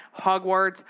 hogwarts